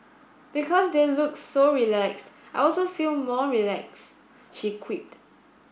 because they look so relaxed I also feel more relaxed she quipped